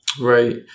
Right